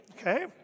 okay